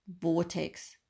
vortex